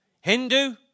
Hindu